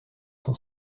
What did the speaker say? son